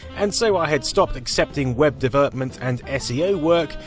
and so i had stopped accepting web development and seo work,